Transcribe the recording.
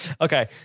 okay